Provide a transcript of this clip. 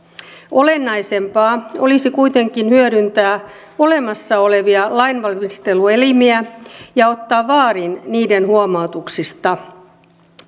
olennaisempaa olisi kuitenkin hyödyntää olemassa olevia lainvalmisteluelimiä ja ottaa vaarin niiden huomautuksista